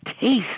taste